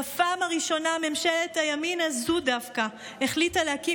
בפעם הראשונה ממשלת הימין הזו דווקא החליטה להקים